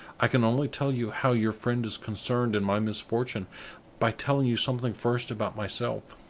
i can only tell you how your friend is concerned in my misfortune by telling you something first about myself.